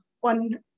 one